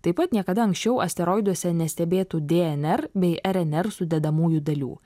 taip pat niekada anksčiau asteroiduose nestebėtų dnr bei rnr sudedamųjų dalių